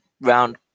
round